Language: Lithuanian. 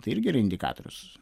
tai irgi yra indikatorius